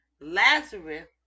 Lazarus